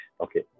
Okay